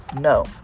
No